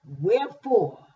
Wherefore